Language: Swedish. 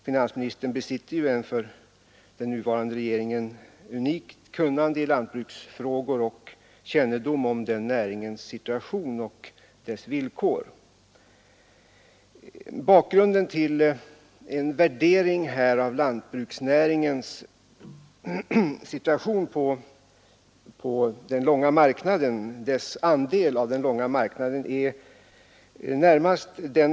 Finansministern besitter ett i den nuvarande regeringen unikt kunnande i lantbruksfrågor och känner den näringens situation och villkor och bör därför ha goda möjligheter att förstå lantbrukets situation.